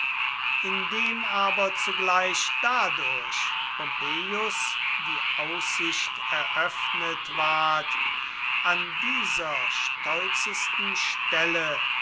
indem aber zugleich dadurch pompeius die aussicht eröffnet ward an dieser stolzesten stelle